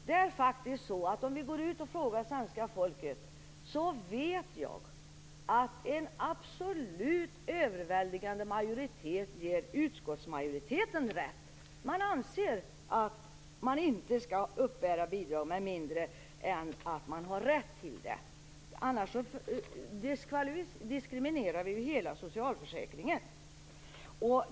Det är faktiskt så att om vi går ut och frågar svenska folket vet jag att en absolut överväldigande majoritet ger utskottsmajoriteten rätt. Svenska folket anser att man inte skall uppbära bidrag med mindre än att man har rätt till det, annars undergrävs ju hela socialförsäkringen.